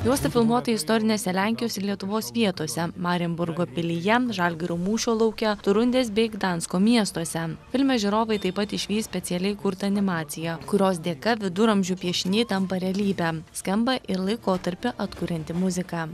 juosta filmuota istorinėse lenkijos ir lietuvos vietose marienburgo pilyje žalgirio mūšio lauke torunės bei gdansko miestuose filme žiūrovai taip pat išvys specialiai kurtą animaciją kurios dėka viduramžių pieš iniai tampa realybe skamba ir laikotarpį atkurianti muzika